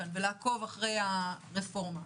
ולעקוב אחרי הרפורמה,